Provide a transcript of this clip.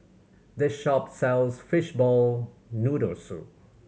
this shop sells fishball noodle soup